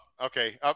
Okay